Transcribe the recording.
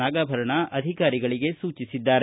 ನಾಗಾಭರಣ ಅಧಿಕಾರಿಗಳಿಗೆ ಸೂಚಿಸಿದ್ದಾರೆ